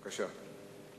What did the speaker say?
בבקשה.